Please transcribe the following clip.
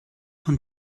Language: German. von